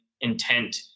intent